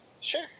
Sure